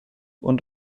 und